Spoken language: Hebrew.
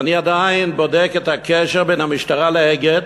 ואני עדיין בודק את הקשר בין המשטרה ל"אגד",